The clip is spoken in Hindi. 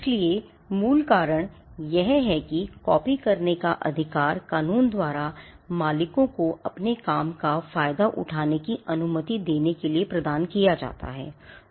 इसलिए मूल कारण यह है कि कॉपी करने का अधिकार कानून द्वारा मालिकों को अपने काम का फायदा उठाने की अनुमति देने के लिए प्रदान किया गया है है